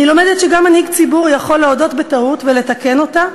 אני לומדת שגם מנהיג ציבור יכול להודות בטעות ולתקן אותה,